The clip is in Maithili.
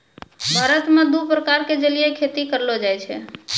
भारत मॅ दू प्रकार के जलीय खेती करलो जाय छै